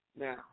Now